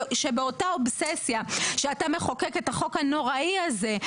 שבאותה אובססיה שאתה מחוקק את החוק הנוראי הזה,